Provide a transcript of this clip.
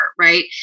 right